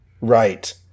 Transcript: Right